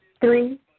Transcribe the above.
Three